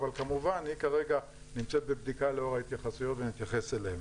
אבל כמובן היא כרגע נמצאת בבדיקה לאור ההתייחסויות ואני אתייחס אליהם.